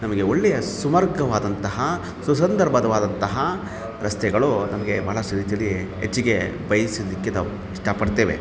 ನಮಗೆ ಒಳ್ಳೆಯ ಸುಮಾರ್ಗವಾದಂತಹ ಸುಸಂದರ್ಭದವಾದಂತಹ ರಸ್ತೆಗಳು ನಮಗೆ ಭಾಳಷ್ಟು ರೀತಿಯಲ್ಲಿ ಹೆಚ್ಚಿಗೆ ಬಯಸಿದ್ದಕ್ಕೆ ನಾವು ಇಷ್ಟಪಡ್ತೇವೆ